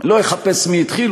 אני לא אחפש מי התחיל.